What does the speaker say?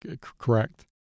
Correct